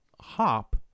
hop